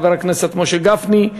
חבר הכנסת משה גפני,